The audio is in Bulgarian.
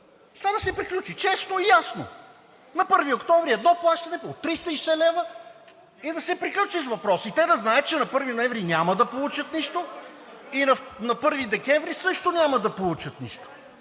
да се приключи! Честно и ясно – на 1 октомври едно плащане от 360 лв. и да се приключи с въпроса. И те да знаят, че на 1 ноември няма да получат нищо и на 1 декември също няма да получат нищо